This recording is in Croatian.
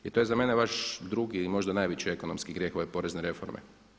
I to je za mene vaš drugi ili možda najveći ekonomski grijeh ove porezne reforme.